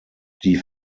die